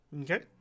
Okay